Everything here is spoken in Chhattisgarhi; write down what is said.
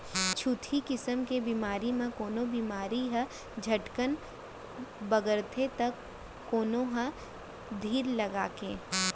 छुतही किसम के बेमारी म कोनो बेमारी ह झटकन बगरथे तौ कोनो ह धीर लगाके